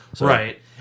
Right